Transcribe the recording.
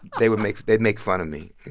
they would make they'd make fun of me,